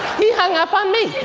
he hung up on me!